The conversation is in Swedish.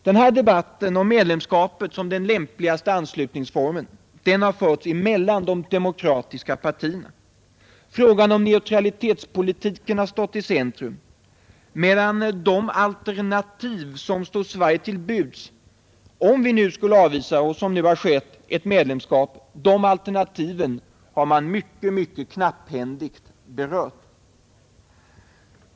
Den debatten om medlemskapet som den lämpligaste anslutningsformen har förts mellan de demokratiska partierna. Frågan om neutralitetspolitiken har stått i centrum, medan de alternativ som står Sverige till buds om vi — som nu har skett — skulle avvisa medlemskap har berörts mycket knapphändigt.